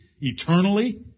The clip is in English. eternally